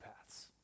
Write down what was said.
paths